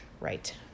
Right